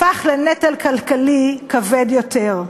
הפך לנטל כלכלי כבד יותר.